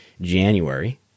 January